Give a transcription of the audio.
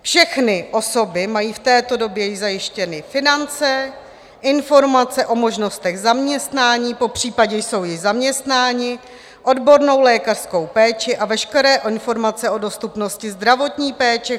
Všechny osoby mají v této době již zajištěny finance, informace o možnostech zaměstnání, popřípadě jsou již zaměstnány, odbornou lékařskou péči a veškeré informace o dostupnosti zdravotní péče.